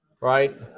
Right